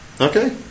Okay